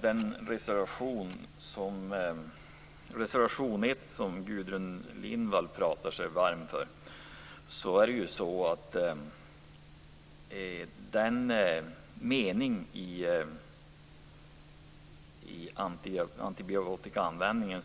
Den mening som man hänger upp sig på beträffande antibiotikaanvändningen,